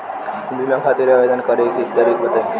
बीमा खातिर आवेदन करे के तरीका बताई?